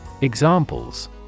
Examples